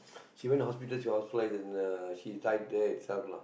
she went to hospital she hospitalised and uh she died there itself lah